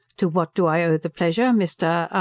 to what do i owe the pleasure, mr.